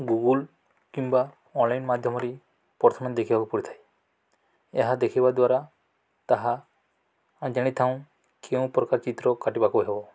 Google କିମ୍ବା online ମାଧ୍ୟମରେ ପ୍ରଥମେ ଦେଖିବାକୁ ପଡ଼ିଥାଏ ଏହା ଦେଖିବା ଦ୍ୱାରା ତାହା ଜାଣିଥାଉ କେଉଁ ପ୍ରକାର ଚିତ୍ର କାଟିବାକୁ ହେବ